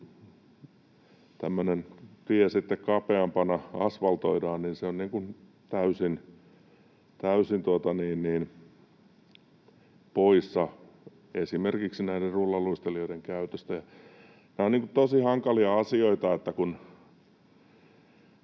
sitten kapeampana asfaltoidaan, niin se on täysin poissa esimerkiksi näiden rullaluistelijoiden käytöstä. Nämä ovat tosi hankalia asioita.